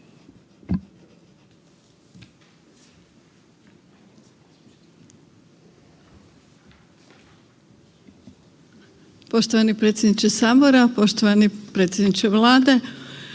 Poštovani predsjedniče sabora, poštovani predsjedniče Vlade,